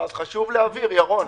לדוגמה,